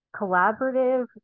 collaborative